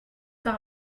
par